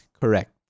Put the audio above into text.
correct